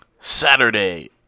Saturday